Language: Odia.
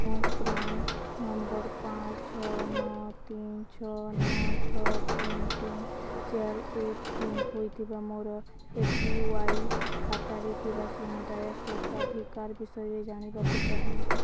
ମୋ ପ୍ରାନ୍ ନମ୍ବର୍ ପାଞ୍ଚ ଛଅ ନଅ ତିନି ଛଅ ନଅ ଛଅ ତିନି ତିନି ଚାରି ଏକ ତିନି ହୋଇଥିବା ମୋର ଏ ପି ୱାଇ ଖାତାରେ ଥିବା ସମୁଦାୟ ସ୍ୱତ୍ୱାଧିକାର ବିଷୟରେ ଜାଣିବାକୁ ଚାହେଁ